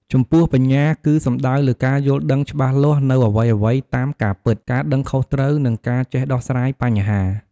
ចំពោះបញ្ញាគឺសំដៅលើការយល់ដឹងច្បាស់លាស់នូវអ្វីៗតាមការពិត ការដឹងខុសត្រូវ និងការចេះដោះស្រាយបញ្ហា។